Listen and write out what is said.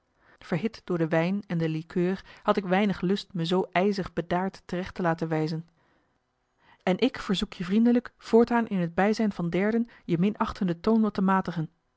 verhit door de wijn en de likeur had ik weinig lust me zoo ijzig bedaard terecht te laten wijzen en ik verzoek je vriendelijk voortaan in het bijzijn van derden je minachtende toon wat te matigen